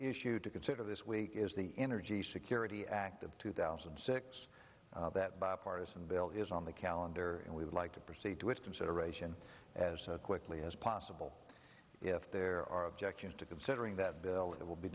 issue to consider this week is the energy security act of two thousand and six that bipartisan bill is on the calendar and we would like to proceed to its consideration as quickly as possible if there are objections to considering that bill it will be